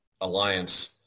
alliance